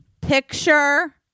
Picture